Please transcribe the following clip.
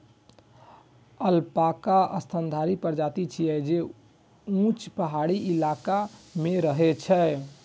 alpaca स्तनधारी प्रजाति छियै, जे ऊंच पहाड़ी इलाका मे रहै छै